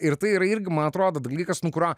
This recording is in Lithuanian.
ir tai yra irgi man atrodo dalykas nu kurio